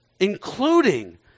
Including